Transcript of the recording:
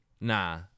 Nah